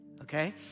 okay